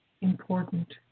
important